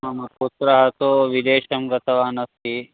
मम पुत्रः तु विदेशं गतवान् अस्ति